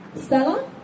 Stella